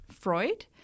Freud